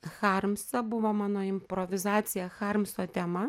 harmsą buvo mano improvizacija harmso tema